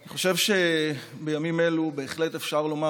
אני חושב שבימים אלו בהחלט אפשר לומר